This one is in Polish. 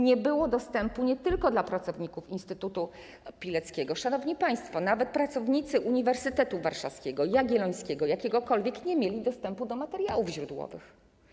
Nie było dostępu nie tylko dla pracowników Instytutu Pileckiego, szanowni państwo, nawet pracownicy uniwersytetów warszawskiego, jagiellońskiego i innych nie mieli dostępu do materiałów źródłowych.